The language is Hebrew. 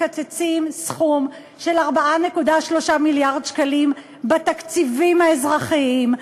מקצצים סכום של 4.3 מיליארד שקלים בתקציבים האזרחיים,